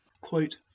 Quote